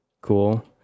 Cool